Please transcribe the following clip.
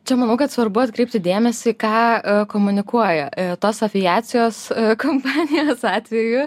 čia manau kad svarbu atkreipti dėmesį ką komunikuoja tos aviacijos kompanijos atveju